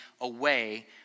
away